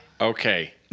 Okay